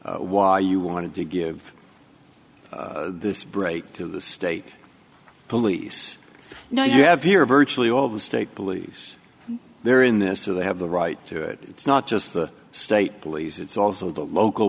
why you want to give this break to the state police now you have your virtually all the state police there in this are they have the right to it it's not just the state police it's also the local